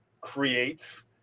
creates